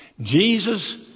Jesus